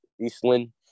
Eastland